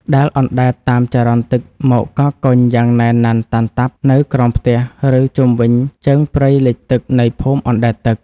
ដែលអណ្ដែតតាមចរន្តទឹកមកកកកុញយ៉ាងណែនណាន់តាន់តាប់នៅក្រោមផ្ទះ ឬជុំវិញជើងព្រៃលិចទឹកនៃភូមិអណ្តែតទឹក។